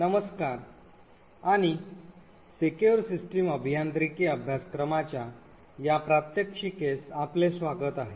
नमस्कार आणि secure system अभियांत्रिकी अभ्यासक्रमाच्या या प्रात्यक्षिकेस आपले स्वागत आहे